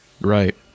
Right